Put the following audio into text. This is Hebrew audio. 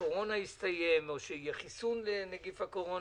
הקורונה יסתיים או יהיה חיסון לנגיף הקורונה,